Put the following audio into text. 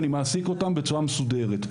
אני מעסיק אותם בצורה מסודרת.